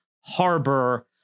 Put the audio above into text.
harbor